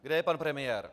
Kde je pan premiér?